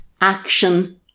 action